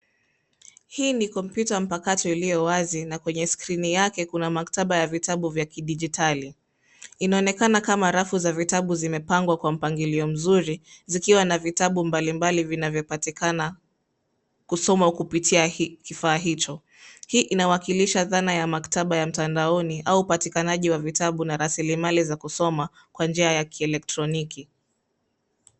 Hii ni kompyuta mpakato iliyowazi na kwenye skrini yake kuna maktaba ya vitabu vya kidijitali. Inaonekana kama rafu za vitabu zimepangwa kwa mpangilio mzuri zikiwa na vitabu mbalimbali vinavyopatikana kusoma kupitia kifaa hicho. Hii inawakilisha dhana ya maktaba ya mtandaoni au upatikanaji wa vitabu na rasilimali za kusoma kwa njia ya kielektroniki.